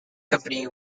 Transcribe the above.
company